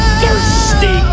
thirsty